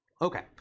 Okay